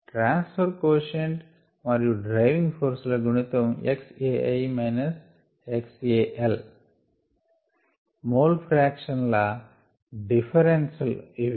ట్రాన్స్ far quotient మరియు driving force ల గుణితం మోల్ ఫ్రాక్షన్ ల డిఫరెన్స్ ఇవి